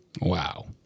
wow